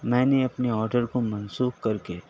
میں نے اپنے آڈر کو منسوخ کر کے